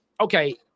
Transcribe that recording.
okay